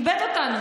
איבד אותנו.